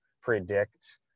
predict